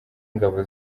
ingabo